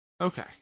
Okay